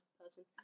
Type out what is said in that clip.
person